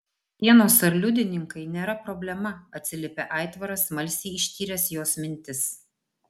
sienos ar liudininkai nėra problema atsiliepė aitvaras smalsiai ištyręs jos mintis